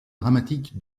dramatique